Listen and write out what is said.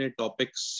topics